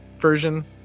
version